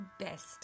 best